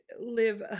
live